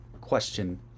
question